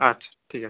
আচ্ছা ঠিক আছে